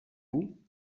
vous